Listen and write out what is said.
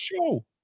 show